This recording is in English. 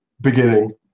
beginning